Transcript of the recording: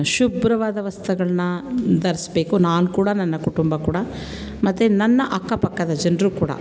ಶುಭ್ರವಾದ ವಸ್ತ್ರಗಳನ್ನ ಧರಿಸ್ಬೇಕು ನಾನು ಕೂಡ ನನ್ನ ಕುಟುಂಬ ಕೂಡ ಮತ್ತು ನನ್ನ ಅಕ್ಕಪಕ್ಕದ ಜನ್ರೂ ಕೂಡ